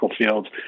fields